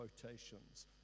quotations